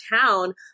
town